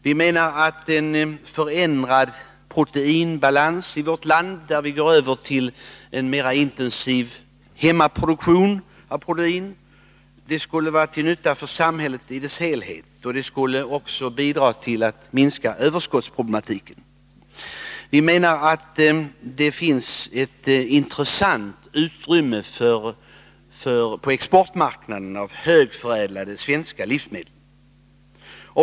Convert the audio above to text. Vi menar att en förändrad proteinbalans i vårt land med övergång till en mer intensiv hemmaproduktion av protein skulle vara till nytta för samhället i dess helhet. Det skulle också bidra till att lösa överskottsproblemen. Vi menar att det finns ett intressant utrymme på exportmarknaden för högförädlade svenska livsmedel.